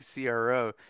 CRO